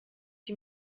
die